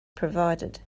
provided